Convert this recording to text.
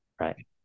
right